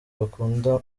bakunda